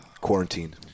Quarantine